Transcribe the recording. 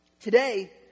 Today